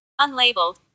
unlabeled